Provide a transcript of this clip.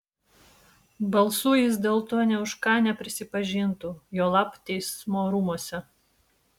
balsu jis dėl to nė už ką neprisipažintų juolab teismo rūmuose